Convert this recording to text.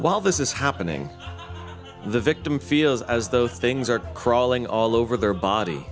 while this is happening the victim feels as though things are crawling all over their body